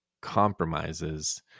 compromises